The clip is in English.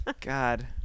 God